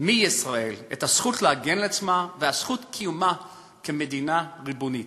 מישראל את הזכות להגן על עצמה ואת וזכות קיומה כמדינה ריבונית.